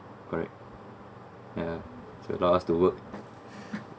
correct ya to tell us to work